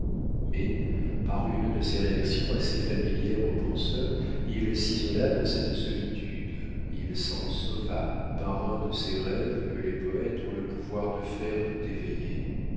mais par une de ces réactions assez familières aux penseurs il s'isola dans cette solitude il s'en sauva par un de ces rêves que les poètes ont le pouvoir de faire tout éveillés